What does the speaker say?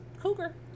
Cougar